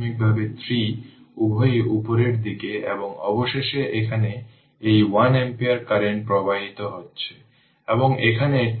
প্রাথমিকভাবে stored half L I0 square আবার প্রাথমিকভাবে ইন্ডাক্টর এ স্টোরড এনার্জি